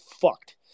fucked